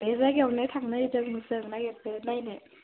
बे जायगायावनो थांनो नागिरदों जों जायगाखौ नायनो